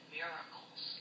miracles